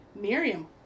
Miriam